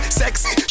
sexy